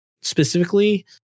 specifically